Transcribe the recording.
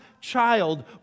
child